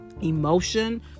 emotion